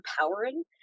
empowering